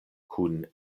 kun